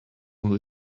who